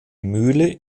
mühle